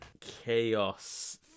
Chaos